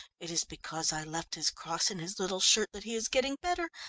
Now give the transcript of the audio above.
it is because i left his cross in his little shirt that he is getting better,